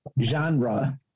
genre